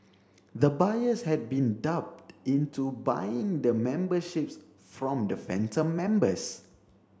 the buyers had been duped into buying the memberships from the phantom members